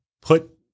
put